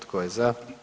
Tko je za?